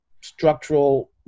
structural